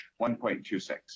1.26